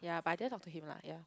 yeah but I didn't talk to him lah yeah